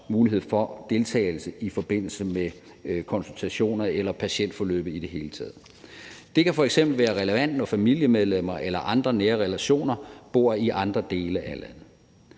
mulighed for deltagelse i forbindelse med konsultationer eller patientforløb i det hele taget. Det kan f.eks. være relevant, når familiemedlemmer eller andre nære relationer bor i andre dele af landet.